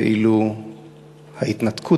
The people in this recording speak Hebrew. ואילו ההתנתקות,